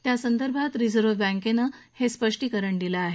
त्यासंदर्भात रिझर्व्ह बँकेनं हे स्पष्टीकरण दिलं आहे